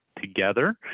together